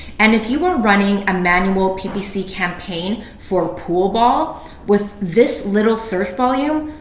and if you are running a manual ppc campaign for pool ball with this little search volume,